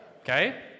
Okay